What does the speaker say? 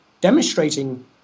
demonstrating